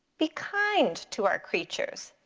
be kind to our creatures,